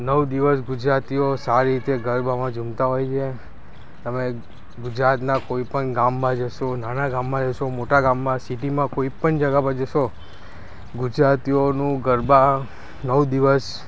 નવ દિવસ ગુજરાતીઓ સારી રીતે ગરબામાં સારી રીતે ઝૂમતા હોય છે તમે ગુજરાતના કોઈપણ ગામમાં જશો નાના ગામમાં જશો મોટા ગામમાં સિટીમાં કોઈપણ જગ્યા પર જશો ગુજરાતીઓનું ગરબા નવ દિવસ